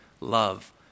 Love